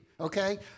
okay